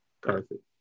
Perfect